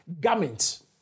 garments